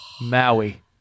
maui